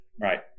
right